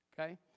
Okay